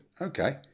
okay